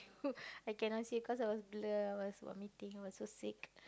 I cannot see cause I was blur I was vomiting I was so sick